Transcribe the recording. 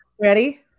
Ready